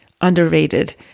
underrated